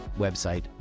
website